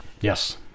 yes